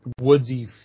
woodsy